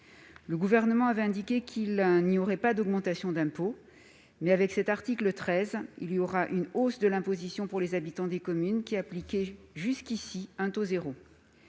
Le Gouvernement avait indiqué qu'il n'y aurait pas d'augmentation d'impôt, mais l'article 13 porte une hausse de l'imposition pour les habitants des communes qui appliquaient jusqu'ici un taux zéro.